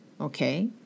okay